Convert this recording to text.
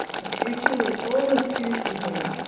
the future was all askew for him.